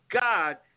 God